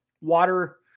water